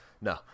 no